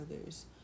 others